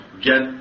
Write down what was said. get